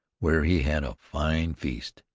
where he had a fine feast,